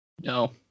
No